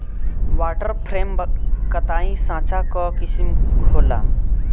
water frame कताई साँचा कअ किसिम होला